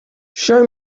show